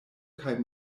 kaj